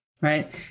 Right